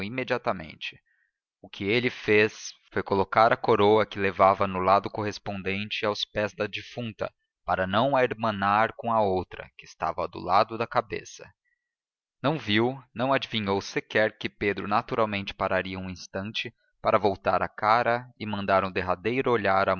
imediatamente o que ele fez foi colocar a coroa que levava no lado correspondente aos pés da defunta para não a irmanar com a outra que estava do lado da cabeça não viu não adivinhou sequer que pedro naturalmente pararia um instante para voltar a cara e mandar um derradeiro olhar